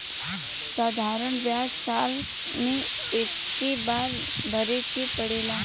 साधारण ब्याज साल मे एक्के बार भरे के पड़ेला